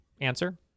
answer